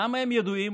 למה הם ידועים?